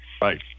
Right